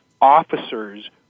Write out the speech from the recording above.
officers